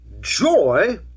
joy